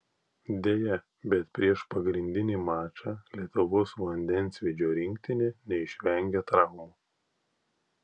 deja bet prieš pagrindinį mačą lietuvos vandensvydžio rinktinė neišvengė traumų